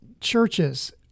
churches